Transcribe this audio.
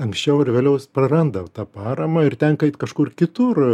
anksčiau ar vėliau jis praranda tą paramą ir tenka eit kažkur kitur